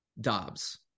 Dobbs